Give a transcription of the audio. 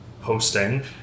hosting